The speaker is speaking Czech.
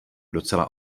docela